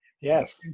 yes